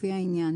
לפי העניין,